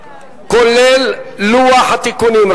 כולל לוח התיקונים,